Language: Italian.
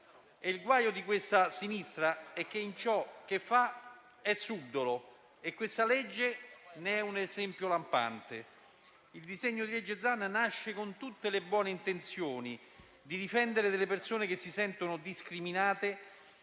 Il guaio di questa sinistra è che in ciò che fa è subdola e questo testo ne è un esempio lampante. Il disegno di legge Zan nasce con tutte le buone intenzioni di difendere delle persone che si sentono discriminate,